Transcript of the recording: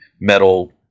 metal